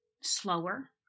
slower